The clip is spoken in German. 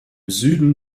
süden